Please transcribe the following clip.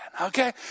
okay